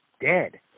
dead